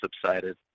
subsided